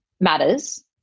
matters